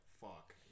fuck